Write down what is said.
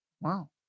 Wow